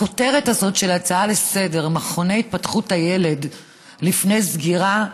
הכותרת הזאת של הצעה לסדר-היום: מכוני התפתחות הילד לפני סגירה,